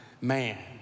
man